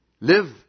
live